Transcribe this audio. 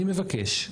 אני מבקש,